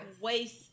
Waste